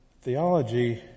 Theology